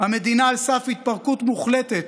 "המדינה על סף התפרקות מוחלטת",